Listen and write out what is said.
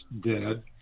dead